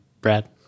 Brad